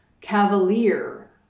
cavalier